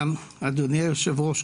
אדוני היושב-ראש,